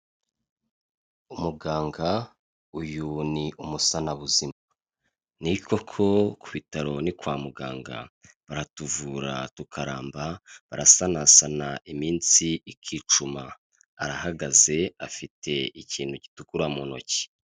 Umuganga, uyu ni umusanabuzima. Ni koko ku bitaro ni kwa muganga baratuvura tukaramba, barasanasana iminsi ikicuma . Arahagaze afite ikintu gitukura mu ntoki.